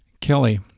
Kelly